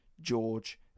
George